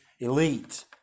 elite